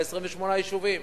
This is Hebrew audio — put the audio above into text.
ב-28 יישובים.